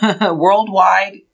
worldwide